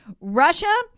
Russia